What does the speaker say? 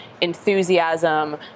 enthusiasm